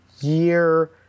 year